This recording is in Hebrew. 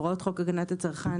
הוראות חוק הגנת הצרכן,